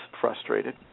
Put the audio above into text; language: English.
frustrated